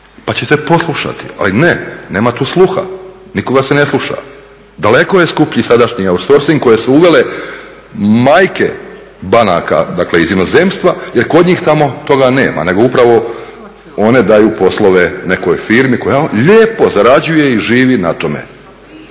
pa ćete poslušati, ali ne, nema tu sluha. Nikoga se ne sluša. Daleko je skuplji sadašnji outsourcing kojeg su uvele majke banaka, dakle iz inozemstva jer kod njih tamo toga nema nego upravo one daju poslove nekoj firmi koja lijepo zarađuje i živi na tome.